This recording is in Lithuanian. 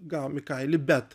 gavom į kailį bet